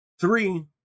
Three